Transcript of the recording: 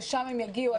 לשם הם יגיעו.